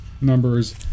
Numbers